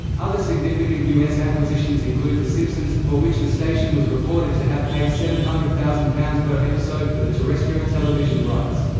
other significant us acquisitions include the simpsons, for which the station was reported to have paid seven hundred thousand pounds per episode for the terrestrial television rights.